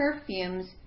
perfumes